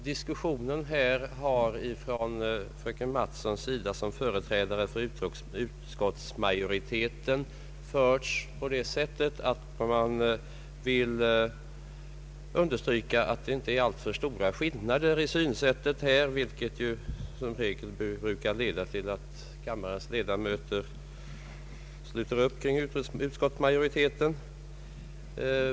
Fröken Mattson har i diskussionen som företrädare för utskottsmajoriteten anfört att det inte råder alltför stora skillnader i synsätten, vilket i regel ter upp kring utskottsmajoriteten.